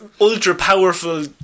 ultra-powerful